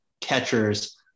catchers